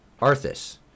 arthas